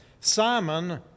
Simon